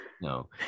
No